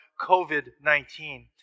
COVID-19